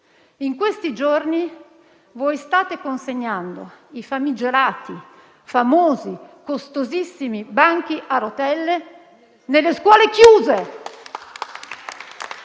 in questi giorni voi state consegnando i famigerati, famosi, costosissimi banchi a rotelle nelle scuole chiuse!